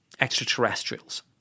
extraterrestrials